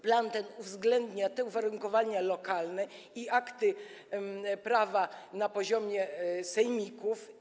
Plan ten uwzględnia uwarunkowania lokalne i akty prawa na poziomie sejmików.